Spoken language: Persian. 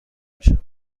میشود